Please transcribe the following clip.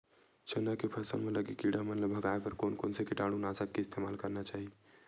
चना के फसल म लगे किड़ा मन ला भगाये बर कोन कोन से कीटानु नाशक के इस्तेमाल करना चाहि?